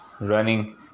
running